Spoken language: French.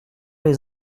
les